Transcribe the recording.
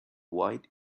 white